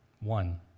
One